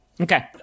Okay